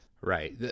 Right